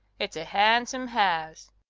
it's a handsome house.